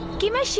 give me